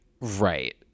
Right